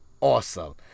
awesome